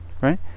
right